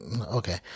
Okay